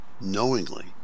knowingly